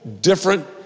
different